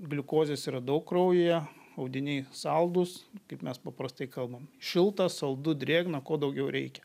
gliukozės yra daug kraujyje audiniai saldūs kaip mes paprastai kalbam šilta saldu drėgna ko daugiau reikia